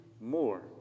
more